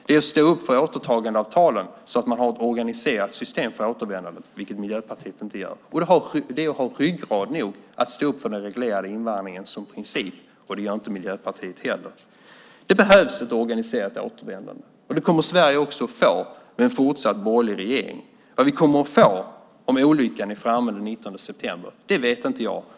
Det är att stå upp för återtagandeavtalen så att man har ett organiserat system för återvändandet, vilket Miljöpartiet inte gör. Det är att ha ryggrad nog att stå upp för den reglerade invandringen som princip. Det gör inte Miljöpartiet heller. Det behövs ett organiserat återvändande. Det kommer Sverige att få med en fortsatt borgerlig regering. Vad vi kommer att få om olyckan är framme den 19 september vet inte jag.